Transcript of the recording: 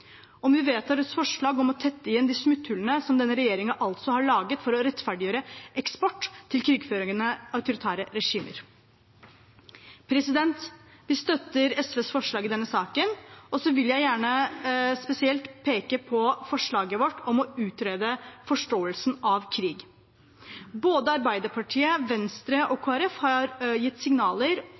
vi vedtar et forslag om å tette igjen de smutthullene som denne regjeringen altså har laget for å rettferdiggjøre eksport til krigførende autoritære regimer. Vi støtter SVs forslag i denne saken. Så vil jeg gjerne spesielt peke på forslaget vårt om å utrede forståelsen av krig. Både Arbeiderpartiet, Venstre og Kristelig Folkeparti har gitt signaler